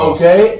Okay